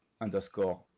underscore